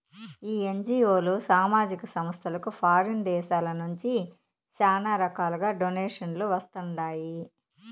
ఈ ఎన్జీఓలు, సామాజిక సంస్థలకు ఫారిన్ దేశాల నుంచి శానా రకాలుగా డొనేషన్లు వస్తండాయి